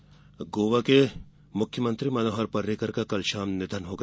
पर्रिकर निधन गोवा के मुख्यमंत्री मनोहर पर्रिकर का कल शाम निधन हो गया